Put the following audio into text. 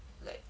like